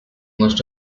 most